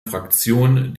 fraktion